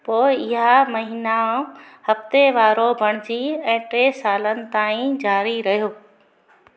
पोइ इहा माहिना हफ़्ते वारो बणिजी वई ऐं टे सालनि ताईं जारी रहियो